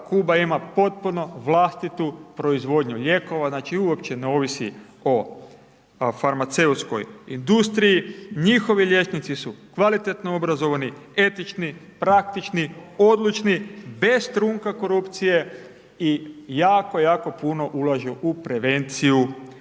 Kuba ima potpuno vlastitu proizvodnju lijekova, znači uopće ne ovisi o farmaceutskoj industriji, njihovi liječnici su kvalitetno obrazovani, etični, praktični, odlučni bez trunka korupcije i jako, jako puno ulažu u prevenciju bolesti.